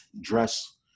dress